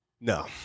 No